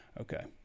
Okay